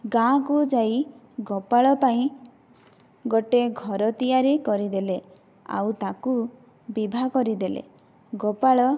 ଗାଁକୁ ଯାଇ ଗୋପାଳ ପାଇଁ ଗୋଟେ ଘର ତିଆରି କରିଦେଲେ ଆଉ ତାକୁ ବିବାହ କରିଦେଲେ ଗୋପାଳ